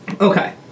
Okay